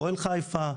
הפועל חיפה,